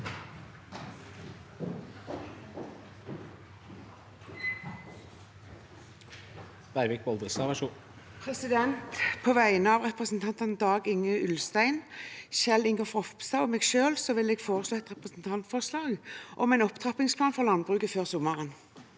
På vegne av representantene Dag-Inge Ulstein, Kjell Ingolf Ropstad og meg selv vil jeg framsette et representantforslag om opptrappingsplan for landbruket før sommeren.